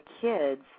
kids